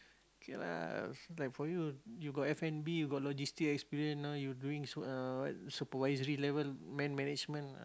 okay lah like for you you got f-and-b you got logistic experience now you doing s~ uh what supervisory level man management lah